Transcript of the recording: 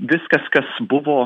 viskas kas buvo